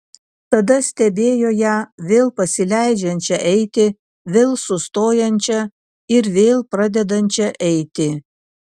tada stebėjo ją vėl pasileidžiančią eiti vėl sustojančią ir vėl pradedančią eiti